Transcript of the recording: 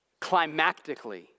climactically